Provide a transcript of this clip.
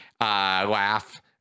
laugh